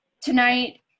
tonight